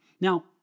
Now